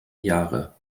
jahre